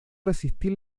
resistir